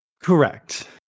Correct